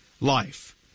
life